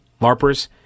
LARPers